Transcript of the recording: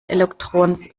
elektrons